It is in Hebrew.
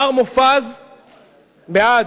מר מופז, בעד.